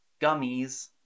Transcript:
gummies